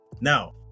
now